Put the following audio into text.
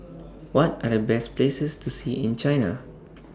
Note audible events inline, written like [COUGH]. [NOISE] What Are The Best Places to See in China